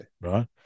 Right